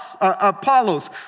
Apollos